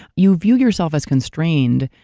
you view yourself as constrained,